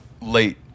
late